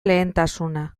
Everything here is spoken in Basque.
lehentasuna